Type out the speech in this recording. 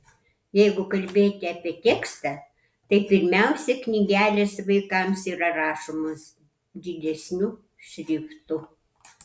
jeigu kalbėti apie tekstą tai pirmiausia knygelės vaikams yra rašomos didesniu šriftu